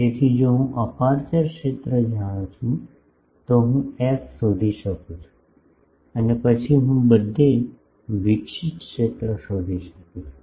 તેથી જો હું અપેરચ્યોર ક્ષેત્ર જાણું છું તો હું એફ શોધી શકું છું અને પછી હું બધે વિકસિત ક્ષેત્ર શોધી શકું છું